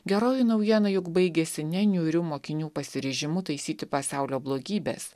geroji naujiena juk baigėsi ne niūriu mokinių pasiryžimu taisyti pasaulio blogybes